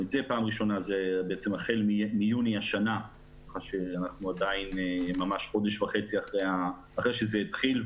זה החל ביוני השנה ועבר רק חודש וחצי מאז שזה התחיל,